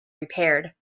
repaired